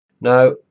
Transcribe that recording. Now